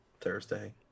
Thursday